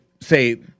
say